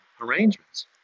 arrangements